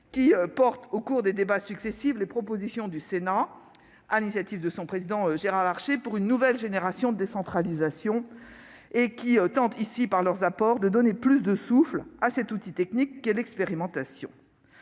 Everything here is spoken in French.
qui portent, au cours des débats successifs, les propositions du Sénat, sur l'initiative de son président, Gérard Larcher, « pour une nouvelle génération de la décentralisation » et qui tentent ici, par leurs apports, de donner plus de souffle à cet outil technique qu'est l'expérimentation.